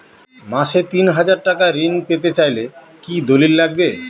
মাসে তিন হাজার টাকা ঋণ পেতে চাইলে কি দলিল লাগবে?